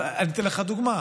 אבל אני אתן לך דוגמה: